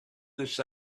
this